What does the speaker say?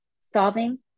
solving